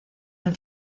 del